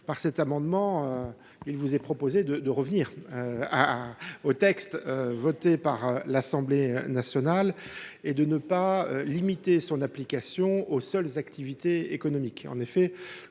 Par cet amendement, il est proposé de revenir au texte de l’Assemblée nationale, pour ne pas limiter son application aux seules activités économiques.